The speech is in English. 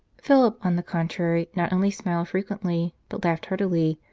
philip, on the contrary, not only smiled frequently, but laughed heartily,